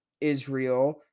Israel